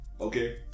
Okay